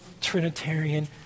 Trinitarian